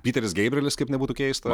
piteris geibrelis kaip nebūtų keista